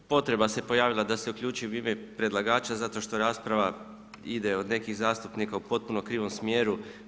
Ma potreba se pojavila da se uključim u ime predlagača, zato što rasprava ide od nekih zastupnika u potpuno krivom smjeru.